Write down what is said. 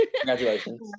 Congratulations